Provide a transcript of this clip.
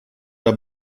era